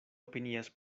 opinias